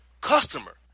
customer